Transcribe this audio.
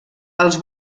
els